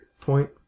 point